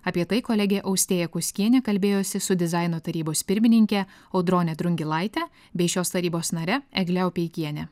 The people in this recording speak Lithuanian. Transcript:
apie tai kolegė austėja kuskienė kalbėjosi su dizaino tarybos pirmininke audrone drungilaite bei šios tarybos nare egle opeikiene